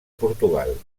portugal